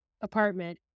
apartment